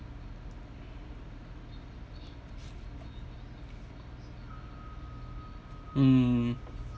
mm